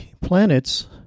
planets